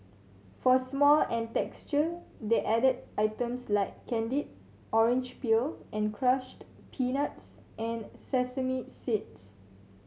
for smell and texture they added items like candied orange peel and crushed peanuts and sesame seeds